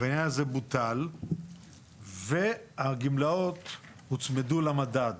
והעניין הזה בוטל והגמלאות הוצמדו למדד